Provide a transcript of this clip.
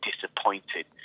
disappointed